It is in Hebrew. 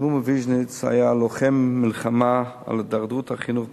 האדמו"ר מוויז'ניץ היה לוחם במלחמה נגד הידרדרות החינוך בארץ.